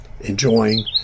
enjoying